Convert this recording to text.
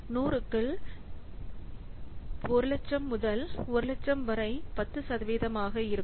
100 க்குள் 100000 முதல் 100000 வரை 10 சதவீதமாக இருக்கும்